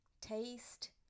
taste